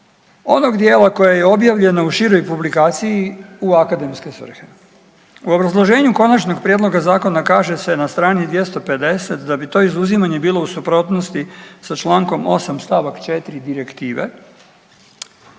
onog djela koje je objavljeno u široj publikaciji u akademske svrhe. U obrazloženju Končanog prijedloga zakona kaže se na strani 250 da bi to izuzimanje bilo u suprotnosti sa čl. 8 st. 4 Direktive,